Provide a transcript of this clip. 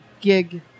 gig